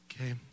Okay